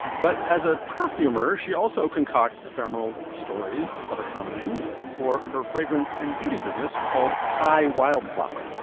but as a perfumer, she also concocts ephemeral stories of a kind for her fragrance and beauty business called high wildflower.